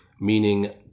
meaning